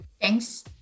Thanks